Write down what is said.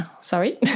sorry